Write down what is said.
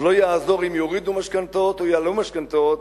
אז לא יעזור אם יורידו משכנתאות או יעלו משכנתאות,